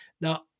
now